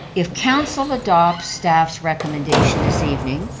if council adopts staff's recommendation this evening,